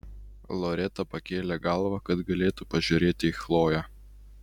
loreta pakėlė galvą kad galėtų pažiūrėti į chloję